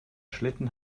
schlitten